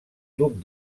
duc